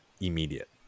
immediate